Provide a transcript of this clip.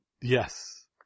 Yes